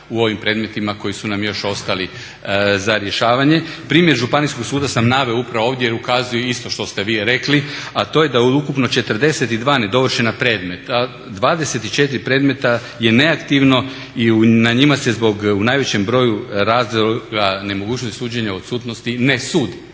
u ovim predmetima koji su nam još ostali za rješavanje. Primjer Županijskog suda sam naveo upravo ovdje jer ukazuje isto što ste vi rekli, a to je da od ukupno 42 nedovršena predmeta, 24 predmeta je neaktivno i na njima se zbog u najvećem broju razloga nemogućnosti suđenja u odsutnosti ne sudu.